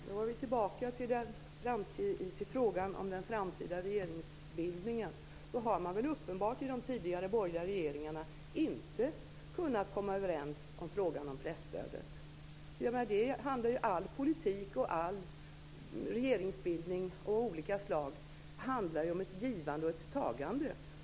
Herr talman! Då är vi tillbaka vid frågan om den framtida regeringsbildningen. Man har väl uppenbart i de tidigare borgerliga regeringarna inte kunnat komma överens om frågan om presstödet. All politik och all regeringsbildning av olika slag handlar ju om ett givande och ett tagande.